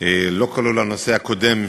לא כלול הנושא הקודם,